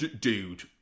dude